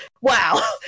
Wow